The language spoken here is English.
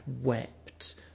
wept